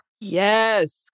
Yes